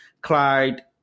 Clyde